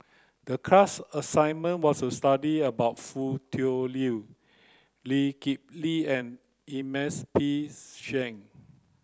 the class assignment was to study about Foo Tui Liew Lee Kip Lee and Ernest P Shank